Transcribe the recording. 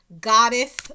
goddess